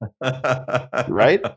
Right